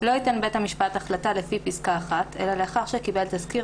"לא ייתן בית המשפט החלטה לפי פסקה (1) אלא לאחר שקיבל תסקיר